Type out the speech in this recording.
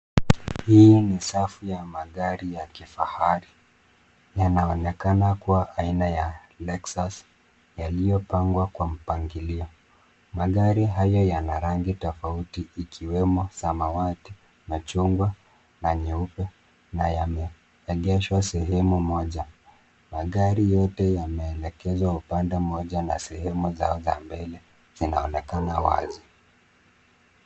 Hii ni safu ya magari ya kifahari, yanaonekana kuwa haina ya Lexus yaliopangwa kwa mpangilio. Magari hayo yanarangi tofauti ikiwemo samawati, machungwa na nyeupe na ya meengeshwa sehemu moja. Magari yote yameelekezwa upande mmoja nasehemu zao za mbele zinaonekana wazi.